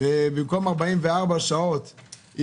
מבחינת הורדה של השעות כי זה דבר שהוא נכון.